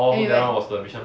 then we went